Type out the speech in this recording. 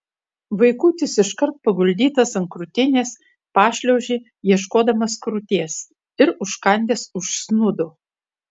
vaikutis iškart paguldytas ant krūtinės pašliaužė ieškodamas krūties ir užkandęs užsnūdo